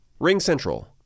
RingCentral